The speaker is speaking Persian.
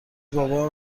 بابا